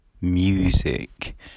music